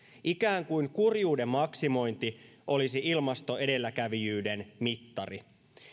ikään kuin kurjuuden maksimointi olisi ilmastoedelläkävijyyden mittari